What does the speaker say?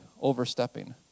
overstepping